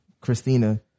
Christina